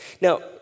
Now